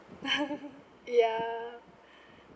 ya